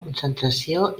concentració